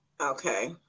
Okay